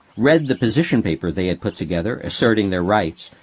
read the position paper they had put together asserting their rights,